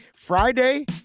Friday